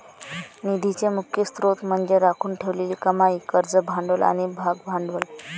निधीचे मुख्य स्त्रोत म्हणजे राखून ठेवलेली कमाई, कर्ज भांडवल आणि भागभांडवल